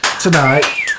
tonight